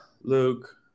Luke